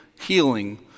healing